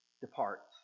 departs